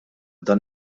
dan